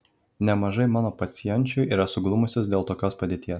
nemažai mano pacienčių yra suglumusios dėl tokios padėties